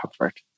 comfort